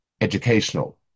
educational